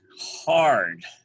hard